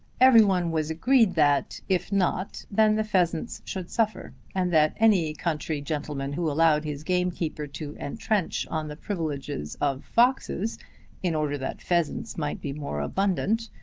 every one was agreed that, if not, then the pheasants should suffer, and that any country gentleman who allowed his gamekeeper to entrench on the privileges of foxes in order that pheasants might be more abundant,